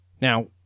Now